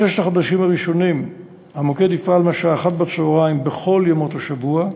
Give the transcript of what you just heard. בששת החודשים הראשונים המוקד יפעל מהשעה 13:00 בכל ימות השבוע,